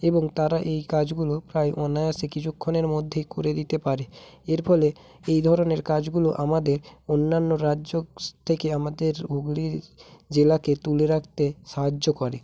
এবং তারা এই কাজগুলো প্রায় অনায়াসে কিছুক্ষণের মধ্যেই করে দিতে পারে এর ফলে এই ধরনের কাজগুলো আমাদের অন্যান্য রাজ্য থেকে আমাদের হুগলি জেলাকে তুলে রাখতে সাহায্য করে